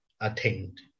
attained